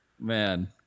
Man